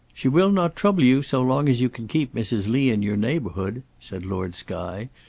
she will not trouble you so long as you can keep mrs. lee in your neighbourhood, said lord skye,